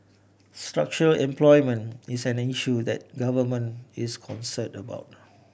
structural unemployment is an issue that the Government is concerned about